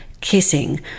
kissing